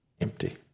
Empty